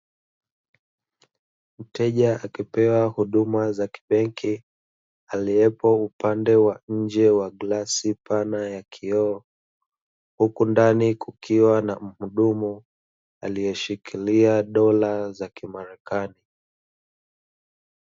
Mteja akipewa huduma za kibenki, aliyepo upande wa nje wa glasi pana ya kioo, huku ndani kukiwa na mhudumu aliyeshikilia dola za kimarekani.